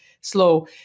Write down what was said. slow